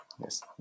Yes